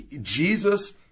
Jesus